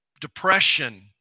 depression